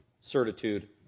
certitude